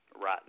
Right